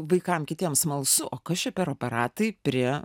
vaikam kitiem smalsu kas čia per aparatai prie